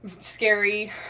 scary